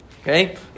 Okay